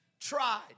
tried